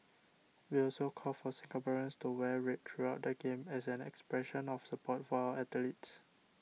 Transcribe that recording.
we also call for Singaporeans to wear red throughout the Games as an expression of support for our athletes